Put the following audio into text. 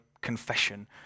confession